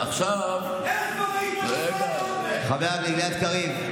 אין גבול לצביעות שלכם.